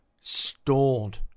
stored